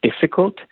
difficult